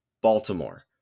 Baltimore